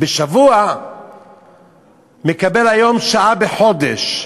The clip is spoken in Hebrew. הוא מקבל היום שעה בחודש.